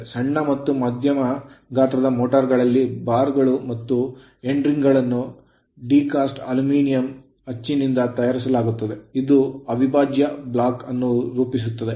ಸಣ್ಣ ಮತ್ತು ಮಧ್ಯಮ ಗಾತ್ರದ ಮೋಟರ್ ಗಳಲ್ಲಿ ಬಾರ್ ಗಳು ಮತ್ತು ಎಂಡ್ ರಿಂಗ್ ಗಳನ್ನು ಡಿ ಕಾಸ್ಟ್ ಅಲ್ಯೂಮಿನಿಯಂ ಅಚ್ಚಿನಿಂದ ತಯಾರಿಸಲಾಗುತ್ತದೆ ಇದು ಅವಿಭಾಜ್ಯ ಬ್ಲಾಕ್ ಅನ್ನು ರೂಪಿಸುತ್ತದೆ